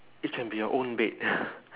it can be your own bed